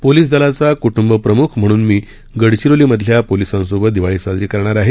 police दलाचा कटंबप्रमुख म्हणून मी गडचिरोलीमधल्या पोलिसांसोबत दिवाळी साजरी करणार आहे